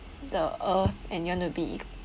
the earth and you want to be